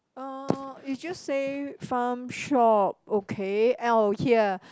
uh it just say farm shop okay L here